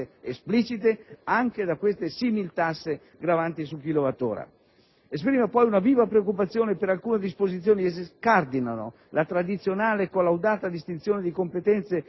esplicite, anche da queste similtasse gravanti sul kilowattora. Esprimo poi una viva preoccupazione per alcune disposizioni che scardinano la tradizionale e collaudata distinzione di competenze